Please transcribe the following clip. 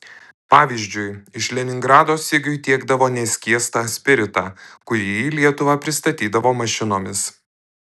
pavyzdžiui iš leningrado sigiui tiekdavo neskiestą spiritą kurį į lietuvą pristatydavo mašinomis